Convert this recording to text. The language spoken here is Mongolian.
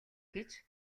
гэж